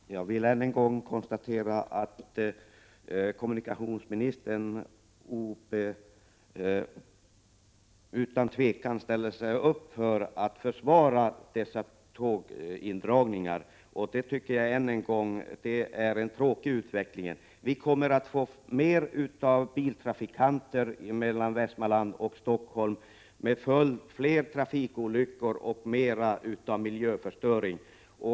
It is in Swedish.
Herr talman! Jag vill än en gång konstatera att kommunikationsministern utan tvekan försvarar dessa tågindragningar, och det tycker jag är tråkigt. Vi kommer att få fler biltrafikanter mellan Västmanland och Stockholm med fler trafikolyckor och med ökad miljöförstöring som följd. Jag kan inte Prot.